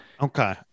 Okay